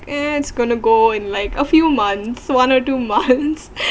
and it's going to go in like a few months one or two months